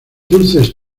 dulces